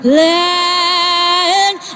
land